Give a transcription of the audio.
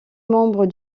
membre